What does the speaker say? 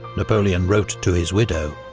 napoleon wrote to his widow,